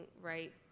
right